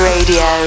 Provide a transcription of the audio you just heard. Radio